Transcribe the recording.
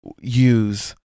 use